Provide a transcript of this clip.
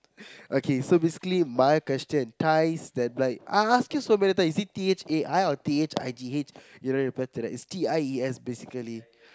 okay so basically my question ties that like I ask you so many times is it T H A I or T H I G H you don't reply to that it's T I E S basically